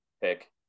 pick